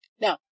Now